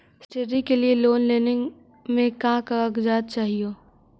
Study के लिये loan लेने मे का क्या कागजात चहोये?